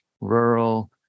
rural